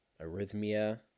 arrhythmia